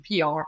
PR